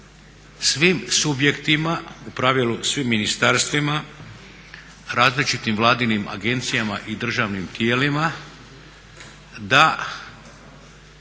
svim subjektima, u pravilu svim ministarstvima, različitim Vladinim agencijama i državnim tijelima da